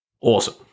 Awesome